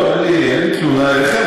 אין לי תלונה אליכם,